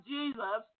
Jesus